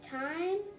time